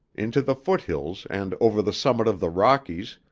into the foothills and over the summit of the rockies,